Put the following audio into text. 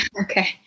Okay